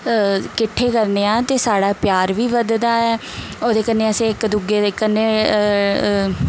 किट्ठे करने आं ते साढ़ा प्यार बी बधदा ऐ ओह्दे कन्नै अस इक दूए दे कन्नै